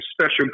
special